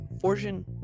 fortune